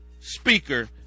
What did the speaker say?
speaker